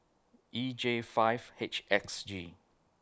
E J five H X G